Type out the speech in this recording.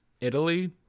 Italy